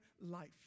life